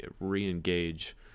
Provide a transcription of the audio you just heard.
re-engage